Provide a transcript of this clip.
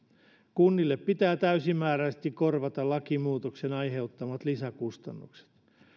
kunnille pitää täysimääräisesti korvata lakimuutoksen aiheuttamat lisäkustannukset